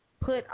put